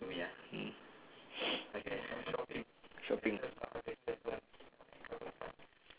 mm shopping